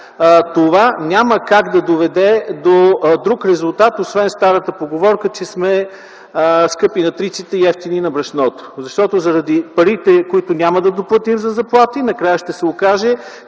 това няма как да доведе до друг резултат, освен старата поговорка, че сме скъпи на триците и евтини на брашното. Защото заради парите, които няма да доплатим за заплати, накрая ще се окаже,